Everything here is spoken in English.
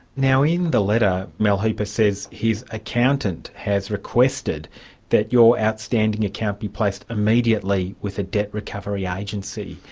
now in the letter, mal hooper says his accountant has requested that your outstanding account be placed immediately with a debt recovery agency.